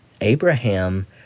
Abraham